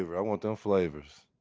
ah but i want them flavors.